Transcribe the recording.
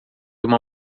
uma